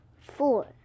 four